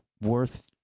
worth